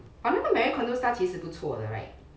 but 那个 marie kondo style 其实不错的 right